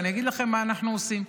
ואני אגיד לכם מה אנחנו עושים.